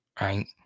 Right